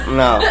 no